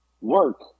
work